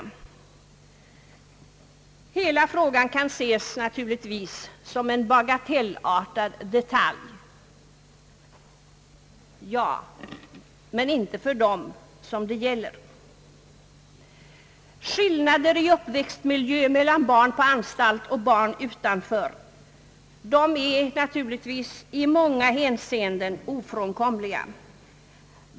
Denna fråga kan naturligtvis ses som en bagatellartad detalj — ja, men inte för dem som det gäller. Skillnader i uppväxtmiljö mellan barn på anstalt och barn utanför anstalt är naturligtvis i många hänseenden ofrånkomliga.